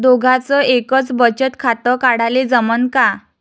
दोघाच एकच बचत खातं काढाले जमनं का?